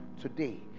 today